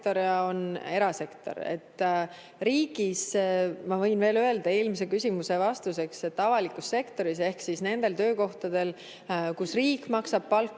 ja on erasektor. Ma võin veel öelda eelmise küsimuse vastuseks, et avalikus sektoris ehk nendel töökohtadel, kus riik maksab palka,